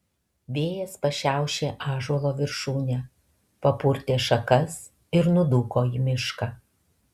vėjas pašiaušė ąžuolo viršūnę papurtė šakas ir nudūko į mišką